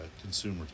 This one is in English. consumer